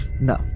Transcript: No